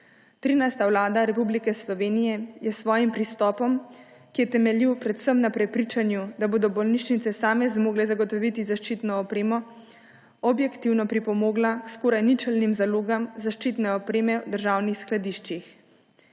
krize. 13. vlada Republike Slovenije je s svojim pristopom, ki je temeljil predvsem na prepričanju, da bodo bolnišnica seme zmogle zagotoviti zaščitno opremo, objektivno pripomogla k skoraj ničelnim zalogam zaščitne opreme v državnih skladiščih.